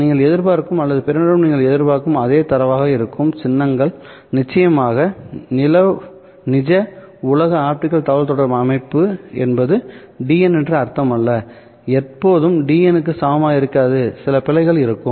நீங்கள் எதிர்பார்க்கும் அல்லது பெறுநரிடம் நீங்கள் எதிர்பார்க்கும் அதே தரவாக இருக்கும் சின்னங்கள் நிச்சயமாக நிஜ உலக ஆப்டிகல் தகவல்தொடர்பு அமைப்பு என்பது dn என்று அர்த்தமல்ல எப்போதும் dnʹ க்கு சமமாக இருக்காது சில பிழைகள் இருக்கும்